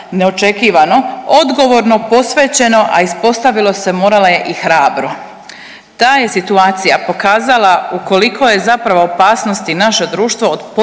neočekivano odgovorno posvećeno, a ispostavilo se morala je i hrabro. Ta je situacija pokazala u kolikoj je zapravo opasnosti naše društvo od potpunog